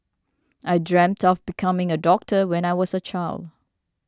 I dreamt of becoming a doctor when I was a child